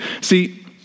See